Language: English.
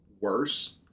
worse